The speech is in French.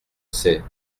sais